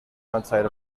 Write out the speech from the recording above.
outside